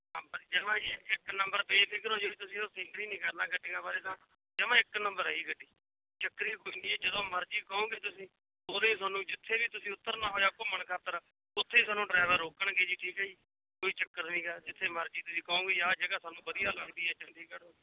ਇਕ number page 'ਤੇ ਕਰੋ ਜਿਹੜੀ ਤੁਸੀਂ ਨਹੀਂ ਕਰਨਾ ਗੱਡੀਆਂ ਬਾਰੇ ਤਾਂ ਜਮਾਂ ਇੱਕ ਨੰਬਰ ਹੈ ਜੀ ਗੱਡੀ ਚੱਕਰ ਹੀ ਕੋਈ ਨਹੀਂ ਜੀ ਜਦੋਂ ਮਰਜ਼ੀ ਕਹੋਗੇ ਤੁਸੀਂ ਉਦੋਂ ਹੀ ਤੁਹਾਨੂੰ ਜਿੱਥੇ ਵੀ ਤੁਸੀਂ ਉਤਰਨਾ ਹੋਇਆ ਘੁੰਮਣ ਖਾਤਰ ਉੱਥੇ ਹੀ ਤੁਹਾਨੂੰ ਡਰਾਈਵਰ ਰੋਕਣਗੇ ਜੀ ਠੀਕ ਹੈ ਜੀ ਕੋਈ ਚੱਕਰ ਨੀਗਾ ਜਿੱਥੇ ਮਰਜ਼ੀ ਤੁਸੀਂ ਕਹੋਗੇ ਜੀ ਆਹ ਜਗ੍ਹਾ ਤੁਹਾਨੂੰ ਵਧੀਆ ਲੱਗਦੀ ਹੈ ਚੰਡੀਗੜ੍ਹ